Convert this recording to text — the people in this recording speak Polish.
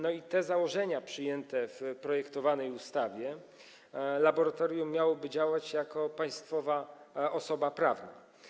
Zgodnie z założeniami przyjętymi w projektowanej ustawie laboratorium miałoby działać jako państwowa osoba prawna.